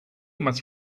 must